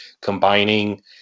combining